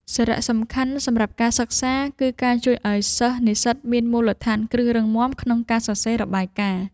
សារៈសំខាន់សម្រាប់ការសិក្សាគឺការជួយឱ្យសិស្សនិស្សិតមានមូលដ្ឋានគ្រឹះរឹងមាំក្នុងការសរសេររបាយការណ៍។